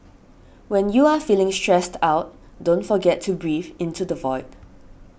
when you are feeling stressed out don't forget to breathe into the void